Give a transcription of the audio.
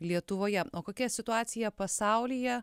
lietuvoje o kokia situacija pasaulyje